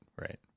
Right